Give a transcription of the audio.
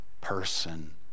person